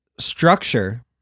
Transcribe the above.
structure